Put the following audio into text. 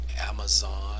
Amazon